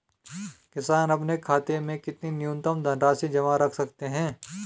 किसान अपने खाते में कितनी न्यूनतम धनराशि जमा रख सकते हैं?